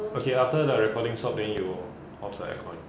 okay after the recording stop then you off the air con